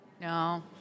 No